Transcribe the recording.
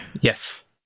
Yes